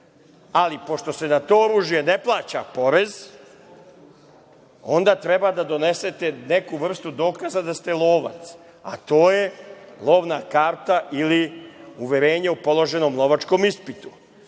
Ali, pošto se na to oružje ne plaća porez onda treba da donesete neku vrstu dokaza da ste lovac, a to je lovna karta ili uverenje o položenom vozačkom ispitu.